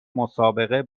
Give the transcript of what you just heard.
مسابقه